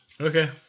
Okay